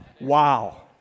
Wow